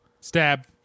Stab